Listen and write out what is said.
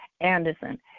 anderson